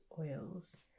oils